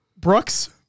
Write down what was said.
Brooks